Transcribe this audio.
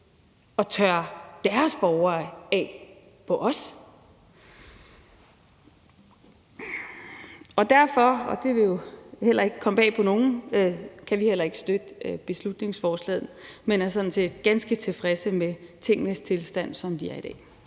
at tørre deres borgere af på os. Derfor, og det vil jo heller ikke komme bag på nogen, kan vi heller ikke støtte beslutningsforslaget, men er sådan set ganske tilfredse med tingenes tilstand, som de er i dag.